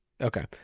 Okay